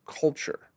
culture